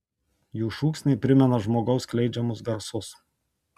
jų šūksniai primena žmogaus skleidžiamus garsus